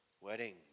wedding